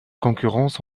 concurrence